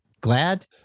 glad